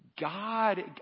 God